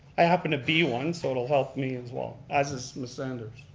i happen to be one, so it'll help me as well, as is mrs. anders.